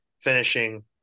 finishing